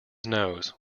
knows